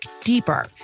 deeper